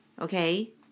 okay